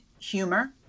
humor